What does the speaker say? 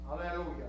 Hallelujah